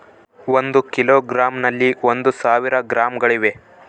ಒಂದು ಕಿಲೋಗ್ರಾಂ ನಲ್ಲಿ ಒಂದು ಸಾವಿರ ಗ್ರಾಂಗಳಿವೆ